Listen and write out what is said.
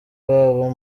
babo